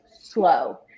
slow